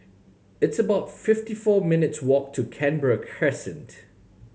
it's about fifty four minutes' walk to Canberra Crescent